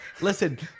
listen